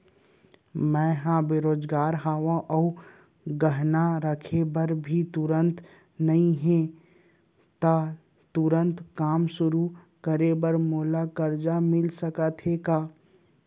मैं ह बेरोजगार हव अऊ गहना रखे बर भी तुरंत नई हे ता तुरंत काम शुरू करे बर मोला करजा मिलिस सकत हे का?